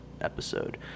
episode